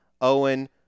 Owen